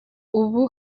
ubu